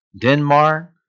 Denmark